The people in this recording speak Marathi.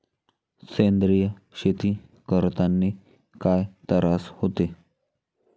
सेंद्रिय शेती करतांनी काय तरास होते?